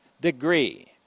degree